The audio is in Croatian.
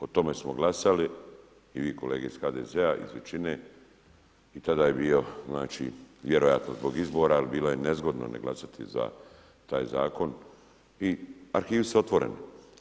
O tome smo glasali i vi kolege iz HDZ-a, iz većine i tada je bio znači, vjerojatno zbog izbora, al bilo je nezgodno ne glasati za taj Zakon i arhivi su otvoreni.